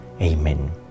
Amen